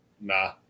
Nah